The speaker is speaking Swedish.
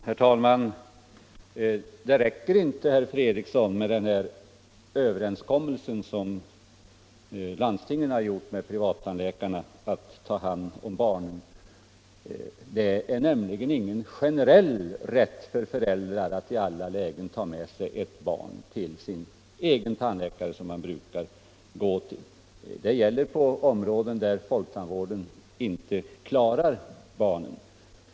Herr talman! Det räcker inte, herr Fredriksson, med den här överenskommelsen som landstingen har gjort med privattandläkarna att ta hand om barn. Den innebär nämligen ingen generell rätt för föräldrar att ta med sig ett barn till den tandläkare som de brukar gå till. Detta gäller områden där folktandvården inte klarar barnen.